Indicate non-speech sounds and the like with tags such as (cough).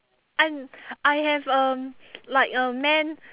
I I have um (noise) like a man